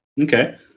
Okay